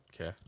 Okay